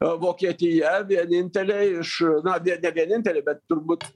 vokietija vienintelė iš na ne vienintelė bet turbūt